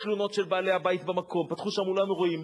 אחרי תלונות של בעלי הבית במקום פתחו שם אולם אירועים,